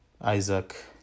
Isaac